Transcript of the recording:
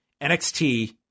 NXT